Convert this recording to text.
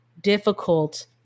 difficult